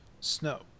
Snow